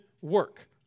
work